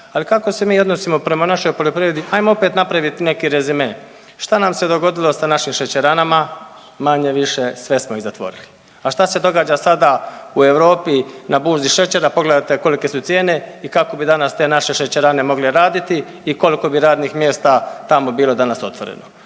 Ali kako se mi odnosimo prema našoj poljoprivredi? Ajmo opet napraviti neki rezime. Šta nam se dogodilo sa našim šećeranama? Manje-više sve smo ih zatvorili. A šta se događa sada u Europi na burzi šećera? Pogledajte kolike su cijene i kako bi danas te naše šećerane mogle raditi i koliko bi radnih mjesta tamo bilo danas otvoreno.